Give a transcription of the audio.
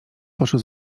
poszły